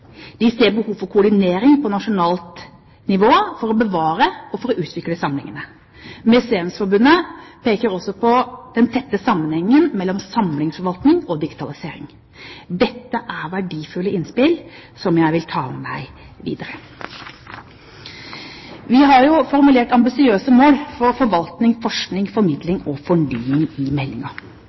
De ser behov for koordinering på nasjonalt nivå for å bevare og for å utvikle samlingene. Museumsforbundet peker også på den tette sammenhengen mellom samlingsforvaltning og digitalisering. Dette er verdifulle innspill som jeg vil ta med meg videre. Vi har formulert ambisiøse mål for forvaltning, forskning, formidling og fornying i